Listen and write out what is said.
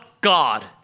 God